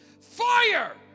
Fire